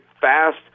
fast